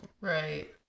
Right